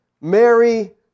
Mary